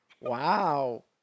Wow